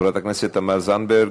חברת הכנסת תמר זנדברג,